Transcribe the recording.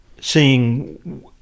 seeing